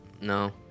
No